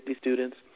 students